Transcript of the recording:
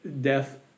death